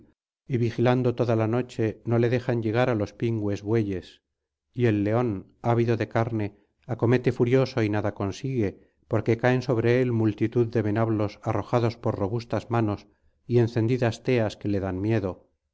y vigilando toda la noche no le dejan llegar á los pingües bueyes y el león ávido de carne acomete furioso y nada consigue porque caen sobre él multitud de venablos arrojados por robustas manos y encendidas teas que le dan miedo